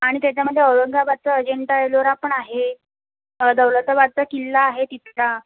आणि त्याच्यामध्ये औरंगाबादचा अजिंठा एलोरा पण आहे दौलताबादचा किल्ला आहे तिथला